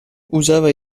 usava